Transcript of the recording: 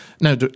Now